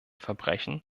verbrechen